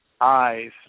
eyes